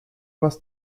más